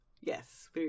Yes